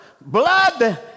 blood